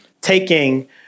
Taking